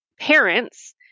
parents